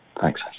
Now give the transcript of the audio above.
Thanks